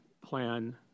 plan